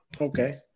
Okay